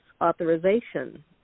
authorization